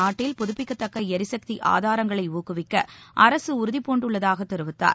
நாட்டில் புதுப்பிக்கத்தக்க எரிசக்தி ஆதாரங்களை ஊக்குவிக்க அரசு உறுதிபூண்டுள்ளதாக தெரிவித்தார்